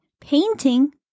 painting